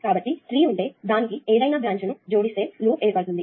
కాబట్టి ట్రీ ఉంటే దానికి ఏదైనా బ్రాంచ్ ను జోడిస్తే లూప్ ఏర్పడుతుంది